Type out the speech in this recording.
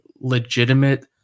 legitimate